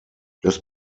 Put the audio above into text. das